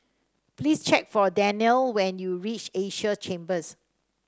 please check for Danyel when you reach Asia Chambers